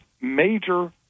major